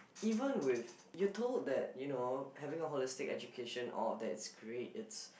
even with you're told that you know having a holistic education all that it's great it's